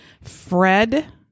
fred